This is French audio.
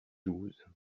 douze